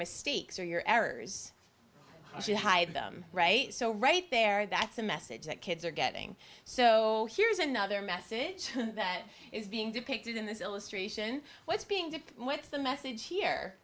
mistakes or your errors she hide them right so right there that's the message that kids are getting so here's another message that is being depicted in this illustration what's being to what's the message here